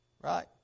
Right